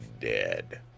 Dead